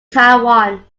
taiwan